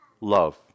love